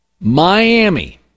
Miami